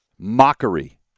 Mockery